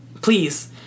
Please